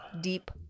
deep